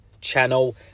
channel